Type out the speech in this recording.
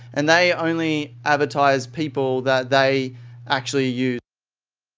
and they only advertise people that they actually use.